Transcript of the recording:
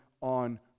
on